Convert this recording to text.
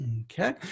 okay